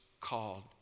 called